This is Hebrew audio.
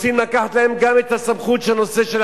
רוצים לקחת להם גם את הסמכות של המשמורת,